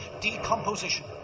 decomposition